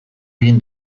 egin